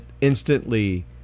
instantly